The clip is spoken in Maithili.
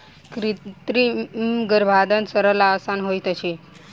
कृत्रिम गर्भाधान सरल आ आसान होइत छै